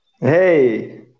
Hey